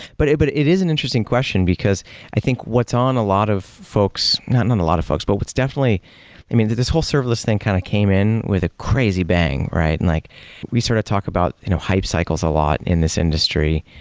but but it is an interesting question, because i think what's on a lot of folks not and a lot of folks, but what's definitely i mean, this whole serverless thing kind of came in with a crazy bang, right? and like we sort of talk about you know hype cycles a lot in this industry,